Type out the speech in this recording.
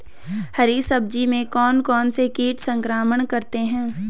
हरी सब्जी में कौन कौन से कीट संक्रमण करते हैं?